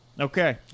Okay